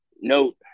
note